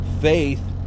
Faith